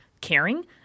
caring